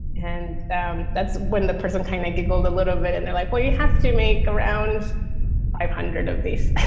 and um that's when the person kind of giggled a little bit. and they're like, well, you have to make around five hundred of these